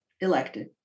elected